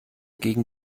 gegen